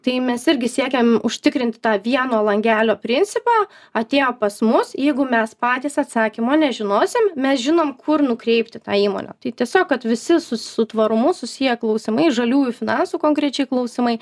tai mes irgi siekiam užtikrinti tą vieno langelio principą atėjo pas mus jeigu mes patys atsakymo nežinosim mes žinom kur nukreipti tą įmonę tai tiesiog kad visi su su tvarumu susiję klausimai žaliųjų finansų konkrečiai klausimai